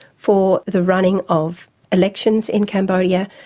for the running of elections in cambodia,